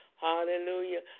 Hallelujah